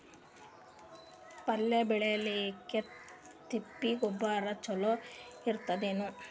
ಪಲ್ಯ ಬೇಳಿಲಿಕ್ಕೆ ತಿಪ್ಪಿ ಗೊಬ್ಬರ ಚಲೋ ಇರತದೇನು?